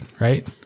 right